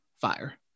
fire